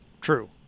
true